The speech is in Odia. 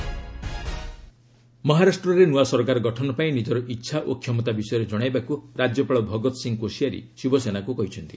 ମହା ଗଭ୍ ଫର୍ମେସନ୍ ମହାରାଷ୍ଟ୍ରରେ ନୂଆ ସରକାର ଗଠନ ପାଇଁ ନିକର ଇଚ୍ଛା ଓ କ୍ଷମତା ବିଷୟରେ ଜଣାଇବାକୁ ରାଜ୍ୟପାଳ ଭଗତ୍ ସିଂ କୋଶିଆରି ଶିବସେନାକୁ କହିଛନ୍ତି